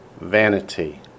Vanity